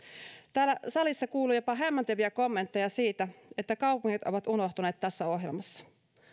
täällä salissa kuului jopa hämmentäviä kommentteja siitä että kaupungit ovat unohtuneet tässä ohjelmassa